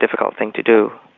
difficult thing to do.